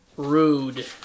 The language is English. Rude